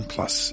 Plus